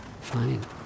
Fine